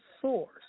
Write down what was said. source